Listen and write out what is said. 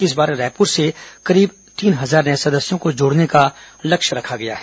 इस बार रायपुर से लगभग तीन हजार नए सदस्यों को जोड़ने का लक्ष्य रखा गया है